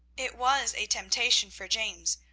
it was a temptation for james,